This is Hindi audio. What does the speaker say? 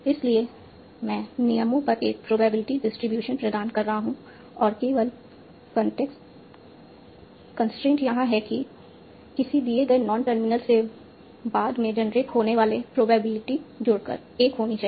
इसलिए मैं नियमों पर एक प्रोबेबिलिटी डिस्ट्रीब्यूशन प्रदान कर रहा हूं और केवल कंस्ट्रेंट्स यहां है कि किसी दिए गए नॉन टर्मिनल से बाद में जनरेट होने वाले प्रोबेबिलिटी जुड़कर 1 होनी चाहिए